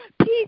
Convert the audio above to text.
Peace